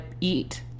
eat